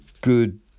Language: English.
good